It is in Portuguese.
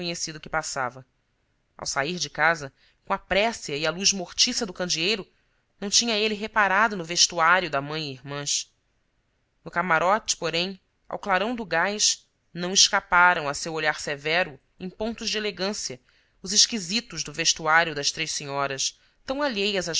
conhecido que passava ao sair de casa com a pressa e à luz mortiça do candeeiro não tinha ele reparado no vestuário da mãe e irmãs no camarote porém ao clarão do gás não escaparam a seu olhar severo em pontos de elegância os esquisitos do vestuário das três senhoras tão alheias às